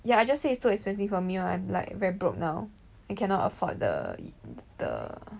yah I just say it's too expensive for me lah I'm like very broke now and cannot afford the the